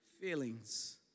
feelings